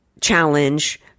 Challenge